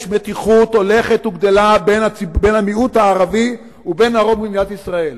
יש מתיחות הולכת וגדלה בין המיעוט הערבי ובין הרוב במדינת ישראל.